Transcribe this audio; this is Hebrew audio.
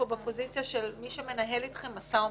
בפוזיציה של מי שמנהל איתכם משא ומתן.